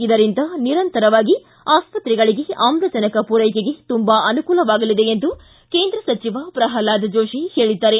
ಇದರಿಂದ ನಿರಂತರವಾಗಿ ಆಸ್ಪತ್ರೆಗಳಿಗೆ ಆಕ್ಲಿಜನ್ ಪೂರೈಕೆಗೆ ತುಂಬಾ ಅನುಕೂಲವಾಗಲಿದೆ ಎಂದು ಕೇಂದ್ರ ಸಚಿವ ಪ್ರಹ್ಲಾದ್ ಜೋಶಿ ಹೇಳಿದ್ದಾರೆ